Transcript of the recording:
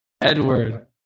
Edward